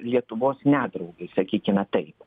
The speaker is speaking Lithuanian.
lietuvos nedraugai sakykime taip